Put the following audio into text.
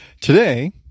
Today